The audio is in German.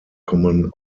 kommen